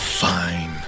Fine